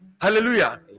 hallelujah